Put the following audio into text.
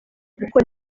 kuko